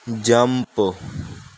jump